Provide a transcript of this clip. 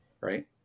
right